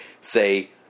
say